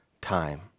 time